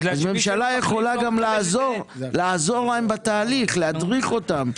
הממשלה יכולה גם לעזור להן בתהליך, להדריך אותן.